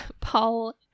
Paul